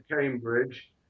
Cambridge